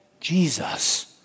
Jesus